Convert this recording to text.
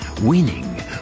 winning